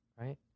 right